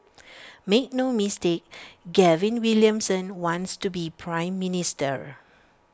make no mistake Gavin Williamson wants to be Prime Minister